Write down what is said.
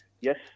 yes